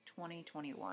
2021